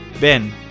Ben